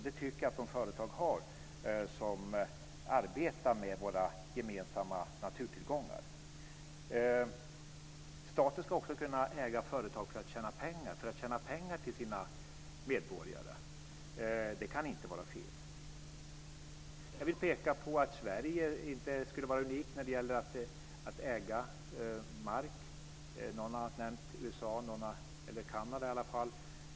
Det tycker jag att de företag har som arbetar med våra gemensamma naturtillgångar. Staten ska också kunna äga företag för att tjäna pengar till sina medborgare. Det kan inte vara fel. Jag vill peka på att Sverige inte är unikt när det gäller att äga mark. Någon har nämnt USA - eller Kanada i alla fall.